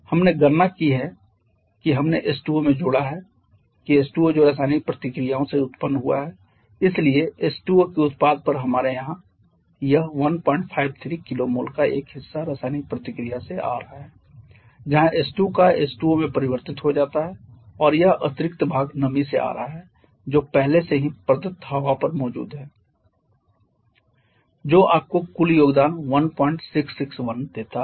हमने गणना की है कि हमने H2O में जोड़ा है कि H2O जो रासायनिक प्रतिक्रियाओं से उत्पन्न हुआ है इसलिए H2O के उत्पाद पर हमारे यहां यह 153 kmol का एक हिस्सा रासायनिक प्रतिक्रिया से आ रहा है जहां H2 का H2O में परिवर्तित हो जाता है और यह अतिरिक्त भाग नमी से आ रहा है जो पहले से ही प्रदत्त हवा पर मौजूद है जो आपको कुल योगदान 1661 देता है